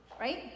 right